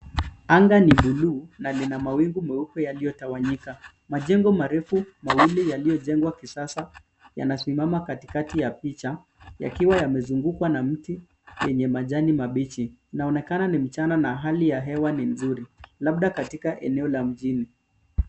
Anga ni buluu na lina mawingu meupe yalio tawanyika, majengo marefu yalio jengwa kisasa yanasimama katikati ya picha yakiwa yamezungkwa na miti yenye majani mabichi, inaonekana ni mchana na hali ya hewa ni mzuri labda katika eneo la mjini.